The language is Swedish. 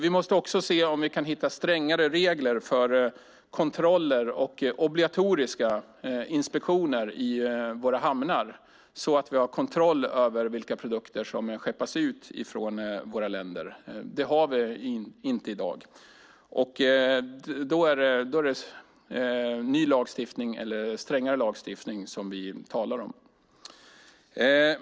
Vi måste också se om det går att hitta strängare regler för kontroller och obligatoriska inspektioner i våra hamnar så att vi har kontroll över vilka produkter som skeppas ut från våra länder. Det har vi inte i dag. Då är det en ny lagstiftning, en strängare lagstiftning, som vi talar om.